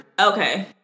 Okay